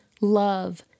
love